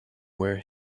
where